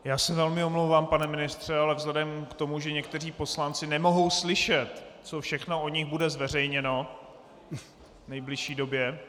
Já se velmi omlouvám, pane ministře, ale vzhledem k tomu, že někteří poslanci nemohou slyšet, co všechno o nich bude zveřejněno v nejbližší době...